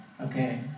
okay